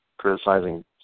Criticizing